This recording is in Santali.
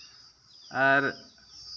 ᱟᱨ